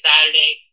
Saturday